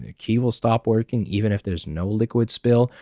the keys will stop working, even if there's no liquid spill.